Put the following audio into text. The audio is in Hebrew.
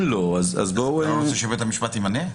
אתה לא רוצה שבית המשפט ימנה?